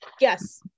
Yes